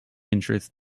interest